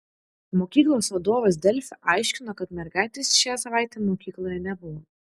mokyklos vadovas delfi aiškino kad mergaitės šią savaitę mokykloje nebuvo